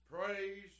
Praise